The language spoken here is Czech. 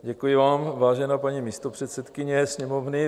Děkuji vám, vážená paní místopředsedkyně Sněmovny.